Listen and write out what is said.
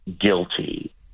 guilty